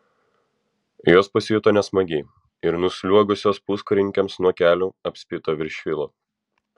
jos pasijuto nesmagiai ir nusliuogusios puskarininkiams nuo kelių apspito viršilą